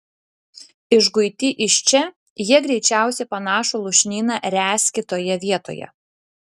išguiti iš čia jie greičiausiai panašų lūšnyną ręs kitoje vietoje